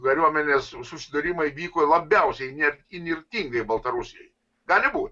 kariuomenės susidūrimai vyko labiausiai net įnirtingai baltarusijoj gali būt